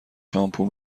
شامپو